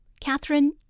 Catherine